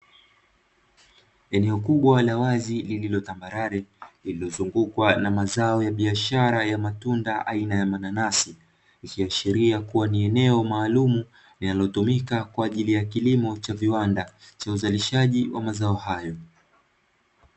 Eneo kubwa la wazi lililotambarare, lililozungukwa na mazao ya biashara ya matunda aina ya mananasi, ikiashiria kuwa ni eneo maalumu linalotumika kwa ajili ya kilimo cha viwanda cha uzalishaji wa mazao hayo.